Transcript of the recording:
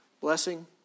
blessing